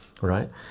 right